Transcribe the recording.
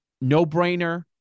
no-brainer